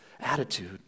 attitude